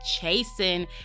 chasing